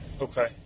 okay